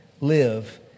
live